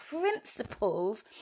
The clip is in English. principles